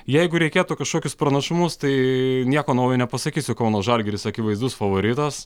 jeigu reikėtų kažkokius pranašumus tai nieko naujo nepasakysiu kauno žalgiris akivaizdus favoritas